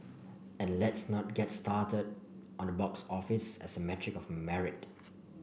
and let's not get started on the box office as a metric of merit